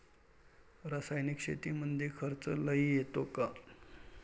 रासायनिक शेतीमंदी खर्च लई येतो का?